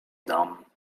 dam